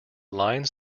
lines